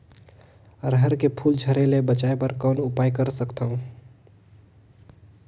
अरहर के फूल झरे ले बचाय बर कौन उपाय कर सकथव?